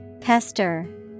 Pester